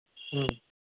हम्म